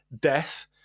death